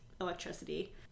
electricity